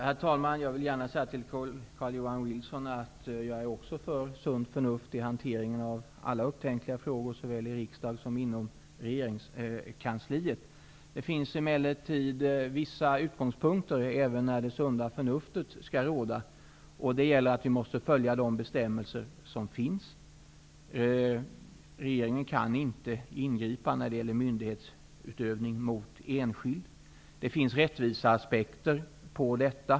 Herr talman! Jag vill säga till Carl-Johan Wilson att också jag är för sunt förnuft i hanteringen av alla upptänkliga frågor, såväl i riksdagen som inom regeringskansliet. Det finns emellertid vissa utgångspunkter även när det sunda förnuftet skall råda, och vi måste följa de bestämmelser som finns. Regeringen kan inte ingripa i myndighetsutövning mot enskild. Det finns rättviseaspekter på detta.